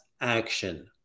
action